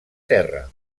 terra